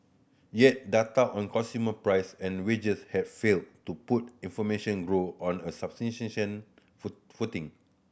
yet data on consumer price and wages have failed to put information grow on a foot footing